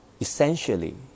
Essentially